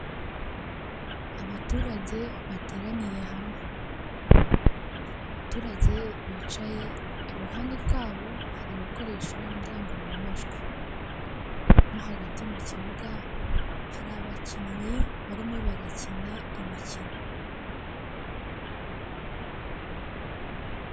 Abaturage bateraniye hamwe. Abaturage bicaye iruhande rwabo hari ibikoresho ndangururamajwi, mo hagati mu kibuga hari abakinnyi barimo barakina imikino.